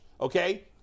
okay